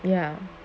ya